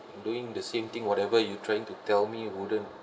doing the same thing whatever you trying to tell me wouldn't